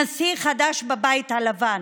נשיא חדש בבית הלבן,